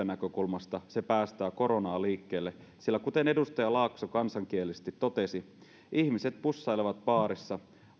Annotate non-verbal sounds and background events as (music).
(unintelligible) näkökulmasta se päästää koronaa liikkeelle sillä kuten edustaja laakso kansankielisesti totesi ihmiset pussailevat baarissa